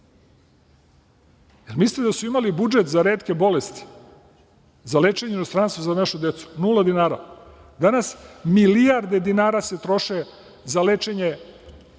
milite da su imali budžet za retke bolesti, za lečenje u inostranstvu za našu decu? Nula dinara. Danas milijarde dinara se troše za lečenje te